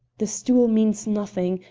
the stool means nothing.